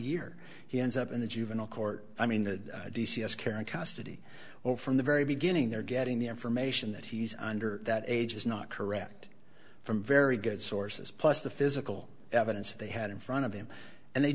year he ends up in the juvenile court i mean the d c s care and custody or from the very beginning they're getting the information that he's under that age is not correct from very good sources plus the physical evidence they had in front of him and they